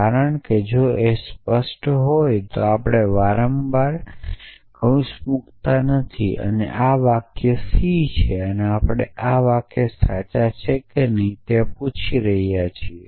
કારણ કે જો એ સ્પષ્ટ હોય તો આપણે વારંવાર કૌંસ મૂકતા નથી અને આ વાક્ય સી છે અને આપણે આ વાક્ય સાચા છે કે નહીં તે પૂછી રહ્યા છીએ